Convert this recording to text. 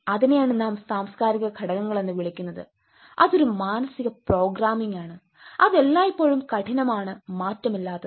അതിനെയാണ് നാം സാംസ്കാരിക ഘടകങ്ങളെന്ന് വിളിക്കുന്നത് അത് ഒരു മാനസിക പ്രോഗ്രാമിംഗ് ആണ് അത് എല്ലായ്പ്പോഴും കാഠിനമാണ് മാറ്റമില്ലത്തത്